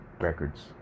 records